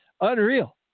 Unreal